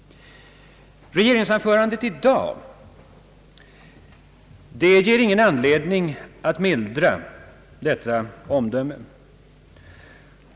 Regeringsanförandet i dag ger ingen anledning att mildra detta omdöme.